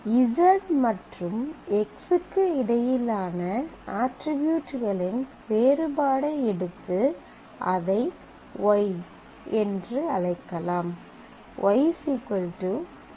z மற்றும் x க்கு இடையிலான அட்ரிபியூட்களின் வேறுபாட்டை எடுத்து அதை y Y Z X என்று அழைக்கலாம்